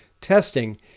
testing